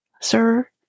sir